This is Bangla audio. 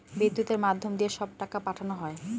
বিদ্যুতের মাধ্যম দিয়ে সব টাকা পাঠানো হয়